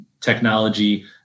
technology